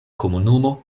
komunumo